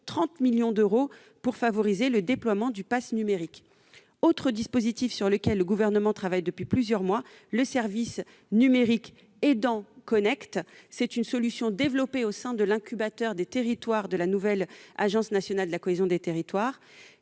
locales, pour favoriser le déploiement du pass numérique. Autre dispositif sur lequel le Gouvernement travaille depuis plusieurs mois : le service numérique Aidants connect. Cette solution a été développée au sein de l'incubateur des territoires de la nouvelle Agence nationale de la cohésion des territoires.